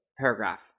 Paragraph